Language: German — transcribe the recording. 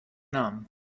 namen